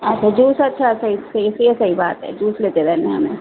ہاں تو جوس اچھا ہے صحیح یہ صحیح بات ہے جوس لیتے رہنا ہے ہمیں